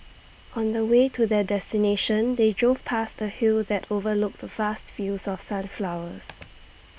on the way to their destination they drove past A hill that overlooked vast fields of sunflowers